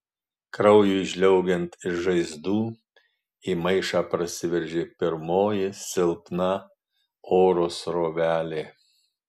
kraujui žliaugiant iš žaizdų į maišą prasiveržė pirmoji silpna oro srovelė